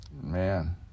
Man